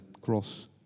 cross